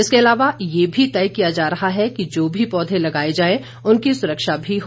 इसके अलावा ये भी तय किया जा रहा है कि जो भी पौधे लगाए जाएं उनकी सुरक्षा भी हो